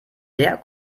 sehr